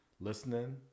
listening